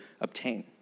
obtain